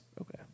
Okay